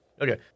Okay